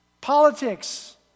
Politics